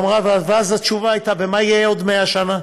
ואז התשובה הייתה: ומה יהיה בעוד 100 שנה?